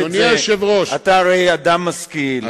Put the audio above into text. אתה הרי אדם משכיל,